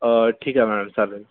ठीक आहे मॅडम चालेल